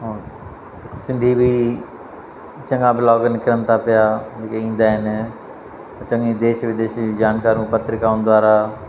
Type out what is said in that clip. ऐं सिंधी बि चङा ब्लॉग निकिरनि था पिया जेके ईंदा आहिनि चङी देश विदेश जी जानकारूं पत्रिकाउनि द्वारा